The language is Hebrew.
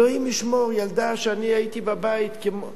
אלוהים ישמור, ילדה, אני הייתי בבית, כמו צמח,